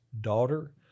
daughter